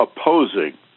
opposing